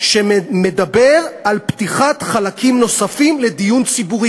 שמדבר על פתיחת חלקים נוספים לדיון ציבורי,